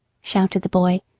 shouted the boy,